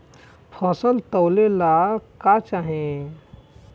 फसल तौले ला का चाही?